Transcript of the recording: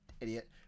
idiot